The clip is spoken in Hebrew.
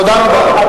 תודה רבה.